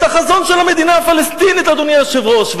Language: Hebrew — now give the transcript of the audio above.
את החזון של המדינה הפלסטינית, אדוני היושב-ראש.